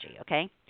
okay